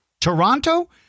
Toronto